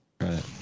Right